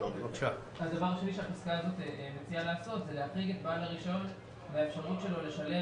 הדבר השני שמוצע לעשות זה להחריג את בעל הרישיון והאפשרות שלו לשלם